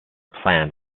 planned